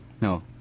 No